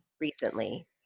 recently